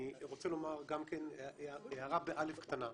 אני רוצה לומר עוד הארה, ב-א', קטנה.